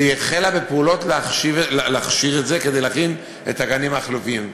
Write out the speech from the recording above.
והיא החלה בפעולות להכשיר את זה כדי להכין את הגנים החלופיים.